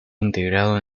integrado